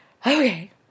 Okay